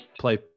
play